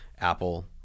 apple